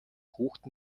хүүхэд